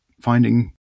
finding